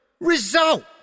Result